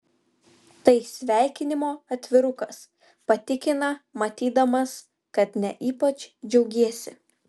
tai sveikinimo atvirukas patikina matydamas kad ne ypač džiaugiesi